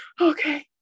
okay